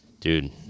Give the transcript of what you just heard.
Dude